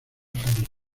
feliz